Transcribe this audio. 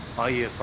are you?